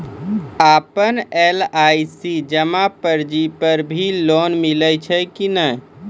आपन एल.आई.सी जमा पर्ची पर भी लोन मिलै छै कि नै?